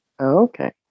Okay